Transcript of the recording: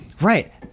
Right